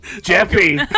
Jeffy